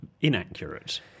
inaccurate